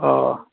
অ